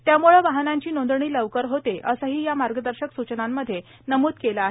त्यामुळं वाहनांची नोंदणी लवकर होते असंही या मार्गदर्शक सुचनांमधे नमुद केलं आहे